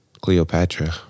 Cleopatra